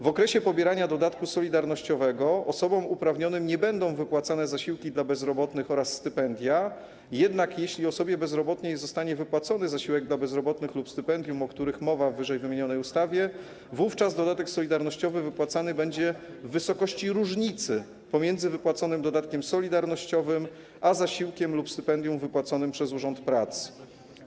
W okresie pobierania dodatku solidarnościowego osobom uprawnionym nie będą wypłacane zasiłki dla bezrobotnych oraz stypendia, jednak jeśli osobie bezrobotnej zostanie wypłacony zasiłek dla bezrobotnych lub stypendium, o których mowa w ww. ustawie, wówczas dodatek solidarnościowy wypłacany będzie w wysokości różnicy pomiędzy wypłaconym dodatkiem solidarnościowym a zasiłkiem lub stypendium wypłaconym przez urząd pracy.